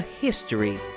History